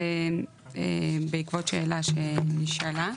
זה בעקבות שאלה שנשאלה.